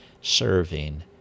serving